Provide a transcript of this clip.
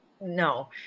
no